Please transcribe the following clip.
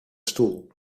stoel